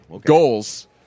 Goals